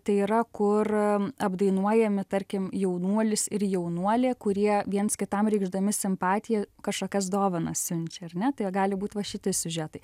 tai yra kur apdainuojami tarkim jaunuolis ir jaunuolė kurie viens kitam reikšdami simpatiją kažkokias dovanas siunčia ar ne tai gali būt va šitie siužetai